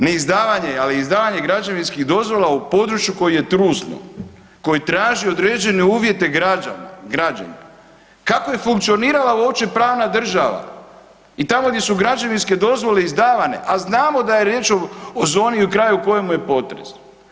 Neizdavanje ali izdavanje građevinskih dozvola u području koje je trusno, koji traži određene uvjete građenja kako je funkcionirala uopće pravna država i tamo gdje su građevinske dozvole izdavane, a znamo da je riječ o zoni, o kraju u kojemu je potres.